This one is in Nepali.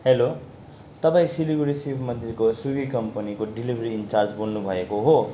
हेलो तपाईँ सिलगढी शिवमन्दिरको स्विगी कम्पनीको डिलिभेरी इन्चार्ज बोल्नु भएको हो